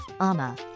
Ama